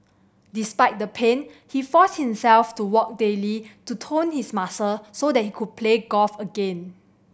despite the pain he forced himself to walk daily to tone his muscle so that he could play golf again